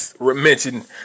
mentioned